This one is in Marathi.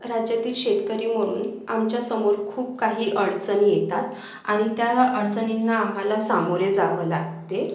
राज्यातील शेतकरी मणून आमच्यासमोर खूप काही अडचणी येतात आणि त्या अडचणींना आम्हाला सामोरे जावं लागते